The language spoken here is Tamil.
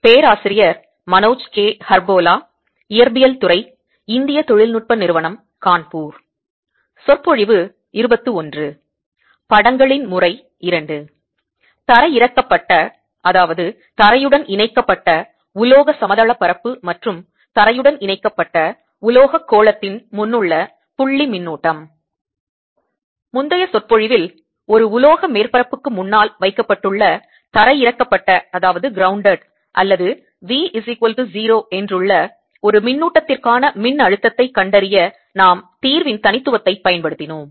படங்களின் முறை II தரையிறக்கப்பட்ட தரையுடன் இணைக்கப்பட்ட உலோக சமதளப் பரப்பு மற்றும் தரையுடன் இணைக்கப்பட்ட உலோகக் கோளத்தின் முன்னுள்ள புள்ளி மின்னூட்டம் முந்தைய சொற்பொழிவில் ஒரு உலோக மேற்பரப்புக்கு முன்னால் வைக்கப்பட்டுள்ள தரையிறக்கப்பட்ட அல்லது v0 என்றுள்ள ஒரு மின்னூட்டத்திற்கான மின்னழுத்தத்தைக் கண்டறிய நாம் தீர்வின் தனித்துவத்தைப் பயன்படுத்தினோம்